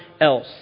else